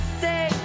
say